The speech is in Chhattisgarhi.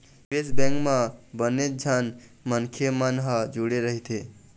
निवेश बेंक म बनेच झन मनखे मन ह जुड़े रहिथे